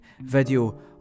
video